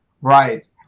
right